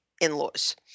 in-laws